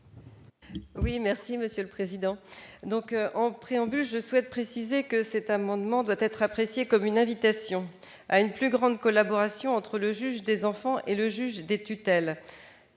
à Mme Élisabeth Doineau. En préambule, je souhaite préciser que cet amendement doit être apprécié comme étant une invitation à une plus grande collaboration entre le juge des enfants et le juge des tutelles.